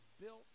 built